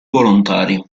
volontari